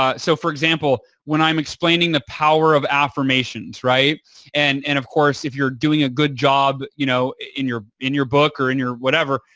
ah so, for example, when i'm explaining the power of affirmations and and of course if you're doing a good job you know in your in your book or in your whatever,